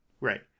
right